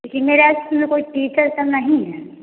लेकिन मेरा स्कूल में कोई टीचर तो नहीं है